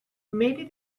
maybe